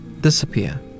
disappear